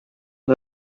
was